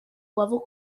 level